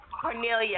Cornelia